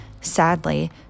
Sadly